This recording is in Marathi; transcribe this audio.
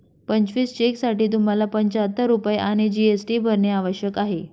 पंचवीस चेकसाठी तुम्हाला पंचाहत्तर रुपये आणि जी.एस.टी भरणे आवश्यक आहे